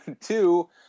Two